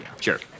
Sure